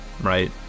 Right